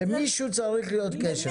למישהו צריך להיות קשר.